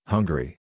Hungary